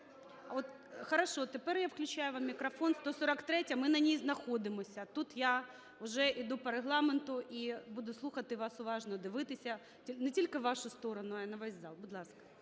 Хорошо. Тепер я включаю вам мікрофон. 143-я. Ми на ній знаходимося. Тут я уже іду по Регламенту і буду слухати вас уважно, дивитися не тільки в вашу сторону, а й на весь зал. Будь ласка.